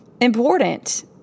important